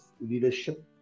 leadership